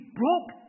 broke